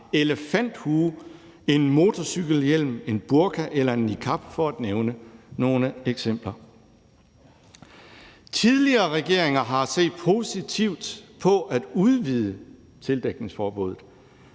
en elefanthue, en motorcykelhjelm, en burka eller en niqab på, for at nævne nogle eksempler. Tidligere regeringer har set positivt på at udvide tildækningsforbuddet.